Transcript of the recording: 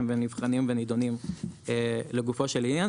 והם נבחנים ונידונים לגופו של עניין.